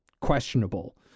questionable